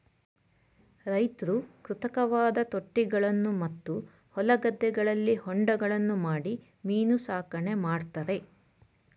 ರೈತ್ರು ಕೃತಕವಾದ ತೊಟ್ಟಿಗಳನ್ನು ಮತ್ತು ಹೊಲ ಗದ್ದೆಗಳಲ್ಲಿ ಹೊಂಡಗಳನ್ನು ಮಾಡಿ ಮೀನು ಸಾಕಣೆ ಮಾಡ್ತರೆ